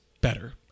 better